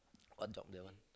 what job that one